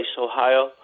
Ohio